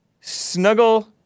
snuggle